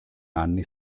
anni